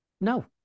No